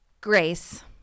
Grace